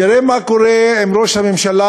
תראה מה קורה עם ראש הממשלה,